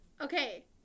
Okay